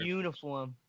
uniform